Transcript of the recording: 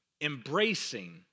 embracing